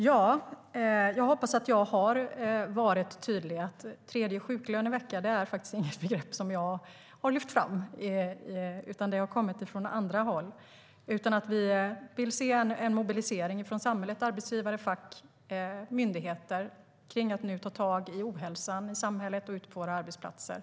Jag hoppas att jag har varit tydlig. En tredje sjuklönevecka är inget begrepp som jag har lyft fram, utan det har kommit från andra håll. Vi vill se en mobilisering från samhället där arbetsgivare, fack och myndigheter tar tag i ohälsan i samhället och ute på våra arbetsplatser.